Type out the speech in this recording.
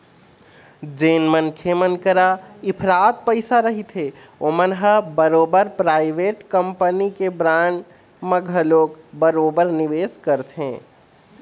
जेन मनखे मन करा इफरात पइसा रहिथे ओमन ह बरोबर पराइवेट कंपनी के बांड म घलोक बरोबर निवेस करथे